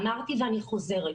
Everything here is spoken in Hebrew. אמרתי ואני חוזרת,